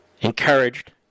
encouraged